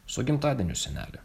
su gimtadieniu seneli